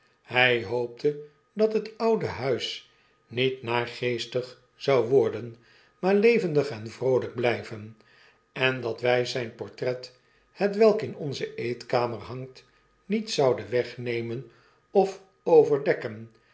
hfl hoopte dat het oude huis niet naargeestig zou worden maar levendig en vroolyk blyven en dat wij zijn portret hetwelk in onze eetkamer hangt niet zouden wegnemen of overdekken